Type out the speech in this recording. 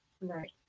Right